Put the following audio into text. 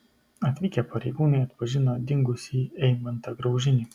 atvykę pareigūnai atpažino dingusįjį eimantą graužinį